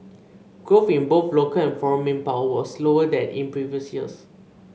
growth in both local and foreign manpower was slower than in previous years